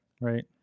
right